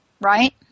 Right